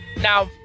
Now